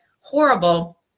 horrible